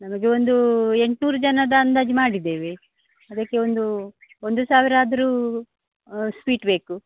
ನಮಗೆ ಒಂದು ಎಂಟುನೂರು ಜನದ ಅಂದಾಜು ಮಾಡಿದ್ದೇವೆ ಅದಕ್ಕೆ ಒಂದು ಒಂದು ಸಾವಿರಾದರೂ ಸ್ವೀಟ್ ಬೇಕು